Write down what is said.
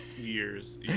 years